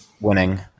winning